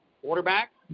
Quarterback